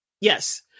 Yes